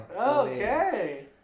Okay